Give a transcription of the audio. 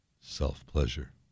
self-pleasure